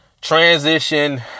transition